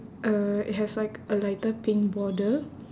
uh it has like a lighter pink border